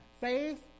Faith